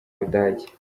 budage